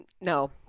No